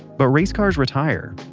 but race cars retire,